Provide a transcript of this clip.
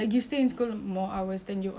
people at work don't care about you